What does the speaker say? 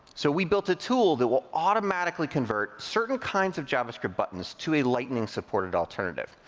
so we built a tool that will automatically convert certain kinds of javascript buttons to a lightning-supported alternative.